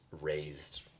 raised